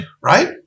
right